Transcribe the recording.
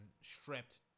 stripped